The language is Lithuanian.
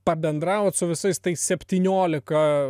pabendravot su visais tais septyniolika